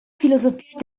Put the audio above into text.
filosofia